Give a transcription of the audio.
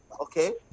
okay